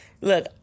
look